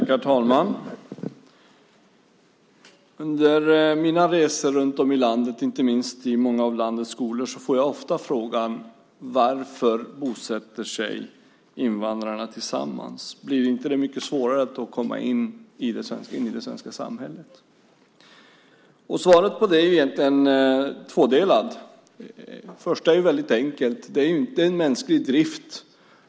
Herr talman! Under mina resor runt om i landet, inte minst i många av landets skolor, får jag ofta frågan: Varför bosätter sig invandrarna tillsammans? Blir det då inte mycket svårare att komma in i det svenska samhället? Svaret på det är egentligen tvådelat. Det första är väldigt enkelt. Det är en mänsklig drift.